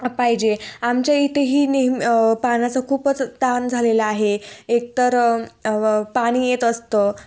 पाहिजे आमच्या इथेही नेहमी पाण्याचं खूपच तान झालेलं आहे एक तर पाणी येत असतं